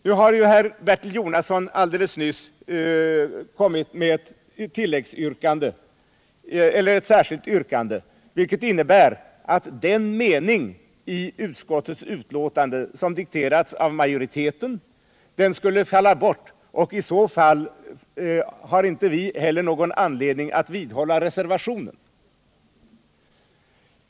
Nu har Bertil Jonasson — Nr 54 alldeles nyss framlagt ett särskilt yrkande, vilket innebär att denna me Fredagen den ning i utskottsbetänkandet, som dikterats av majoriteten, skulle falla — 16 december 1977 bort. I så fall har vi inte någon anledning att vidhålla reservationen.